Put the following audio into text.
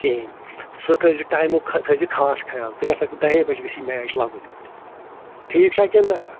کِہیٖنۍ سُہ تھٲیزٕ ٹایمُک تھٲیزٕ خاص خیال ژٕ گژھکھ دَہے بَجہِ گژھی میچ لَگُن ییٚتہِ ٹھیٖک چھا کِن نَہ